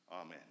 Amen